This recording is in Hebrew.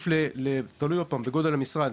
בתלות בגודל המשרד,